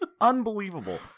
unbelievable